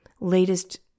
latest